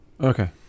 Okay